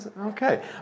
okay